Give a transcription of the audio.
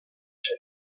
chef